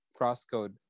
CrossCode